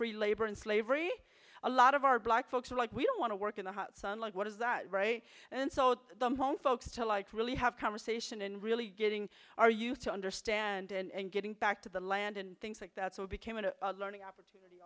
free labor and slavery a lot of our black folks are like we don't want to work in the hot sun like what is that right and so the home folks to like really have conversation and really getting our youth to understand and getting back to the land and things like that so it became a learning opportunity